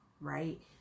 Right